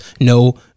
no